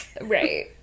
right